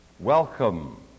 Welcome